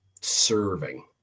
serving